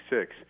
six